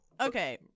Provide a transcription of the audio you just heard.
Okay